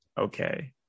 Okay